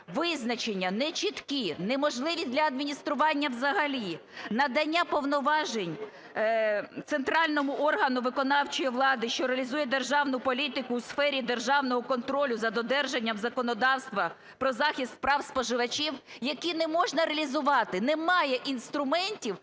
Визначення нечіткі, неможливі для адміністрування взагалі. Надання повноважень центральному органу виконавчої влади, що реалізує державну політику у сфері державного контролю за додержанням законодавства про захист прав споживачів, які не можна реалізувати. Немає інструментів